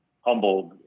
humbled